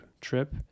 trip